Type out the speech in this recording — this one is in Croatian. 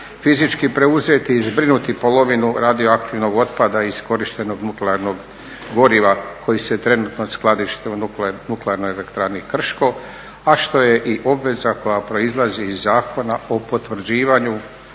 fizički preuzeti i zbrinuti polovinu radioaktivnog otpada iskorištenog nuklearnog goriva koji se trenutno skladišti u NE Krško, a što je i obveza koja proizlazi iz Zakona o potvrđivanju